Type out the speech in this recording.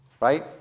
right